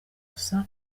gusa